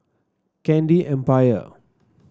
Candy Empire